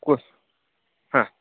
कुस् हा